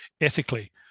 ethically